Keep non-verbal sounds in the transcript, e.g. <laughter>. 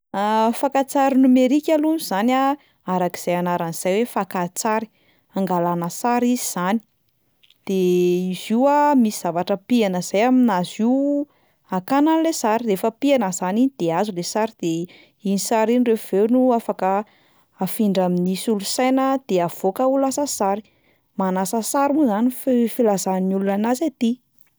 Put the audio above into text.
<hesitation> Fakan-tsary nomerika alohany zany a arak'izay anarany izay hoe fakan-tsary, hangalana sary izy 'zany, de izy io a misy zavatra pihana zay aminazy io akana an'le sary, rehefa pihana zany iny de azo le sary de iny sary iny rehefa avy eo no afaka afindra amin'ny solosaina de avoaka ho lasa sary, manasa sary moa zany fi- filazan'ny olona anazy aty.